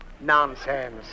nonsense